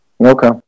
Okay